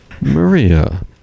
Maria